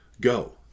go